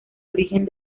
origen